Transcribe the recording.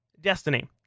destiny